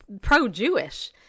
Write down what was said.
pro-Jewish